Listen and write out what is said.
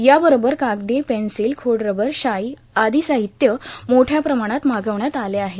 याबरोबर कागदे पेन्सिलखोडरबर शाई आर्दो सा्राहत्य मोठ्या प्रमाणात मार्गावण्यात आले आहेत